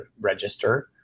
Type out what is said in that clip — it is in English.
register